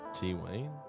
T-Wayne